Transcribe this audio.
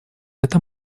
этом